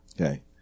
Okay